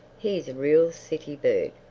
he is a real city bird.